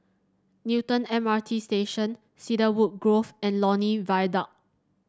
Newton M R T Station Cedarwood Grove and Lornie Viaduct